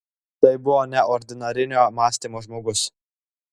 tai buvo neordinarinio mąstymo žmogus